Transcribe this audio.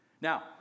Now